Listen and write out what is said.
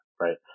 Right